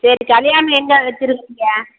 சரி கல்யாணம் எங்கே வெச்சுருக்கிறீங்க